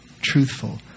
truthful